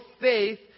faith